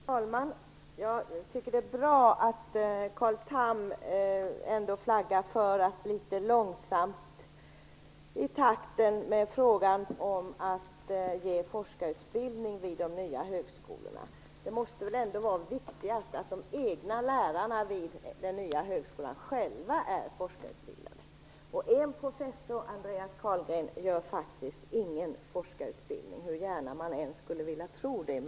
Fru talman! Jag tycker att det är bra att Carl Tham ändå flaggar för långsam takt när det gäller frågan om forskarutbildning vid de nya högskolorna. Det viktigaste måste ändå vara att de egna lärarna vid de nya högskolorna själva är forskarutbildade. Och en professor, Andreas Carlgren, gör faktiskt ingen forskarutbildning, hur gärna man än skulle vilja tro det.